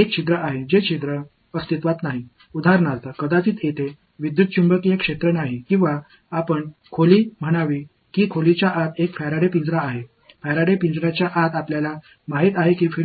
என்று சொல்லலாம் ஆனால் அதில் துளை இல்லை உதாரணமாக அங்கு மின்காந்த புலங்கள் இல்லை அல்லது அது ஒரு அறை என்று சொல்லலாம் ஒரு அறைக்குள் ஒரு ஃபாரடே கூண்டு உள்ளது ஃபாரடே கூண்டுக்குள் புலம் 0 என்று நமக்குத் தெரியும்